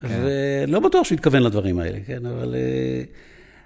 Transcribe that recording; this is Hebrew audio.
ולא בטוח שהוא התכוון לדברים האלה, כן, אבל...